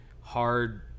hard